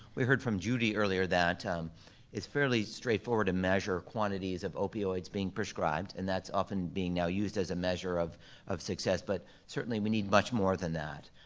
we heard from judy earlier that um it's fairly straightforward to measure quantities of opioids being prescribed, and that's often being now used as a measure of of success, but certainly we need much more than that.